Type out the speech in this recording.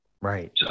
Right